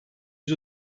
yüz